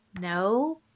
no